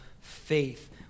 faith